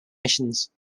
missions